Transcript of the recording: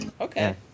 Okay